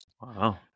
Wow